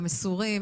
המסורים,